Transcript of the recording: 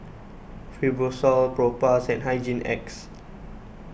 Fibrosol Propass and Hygin X